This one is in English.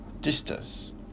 distance